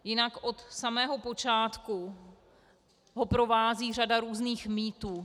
Jinak od samého počátku ho provází řada různých mýtů.